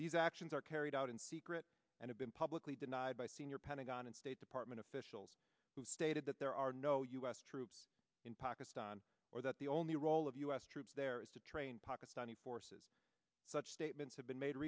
these actions are carried out in secret and have been publicly denied by senior pentagon and state department officials who stated that there are no u s troops in pakistan or that the only role of u s troops there is to train pakistani forces such statements have been made